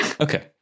Okay